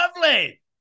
Lovely